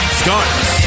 starts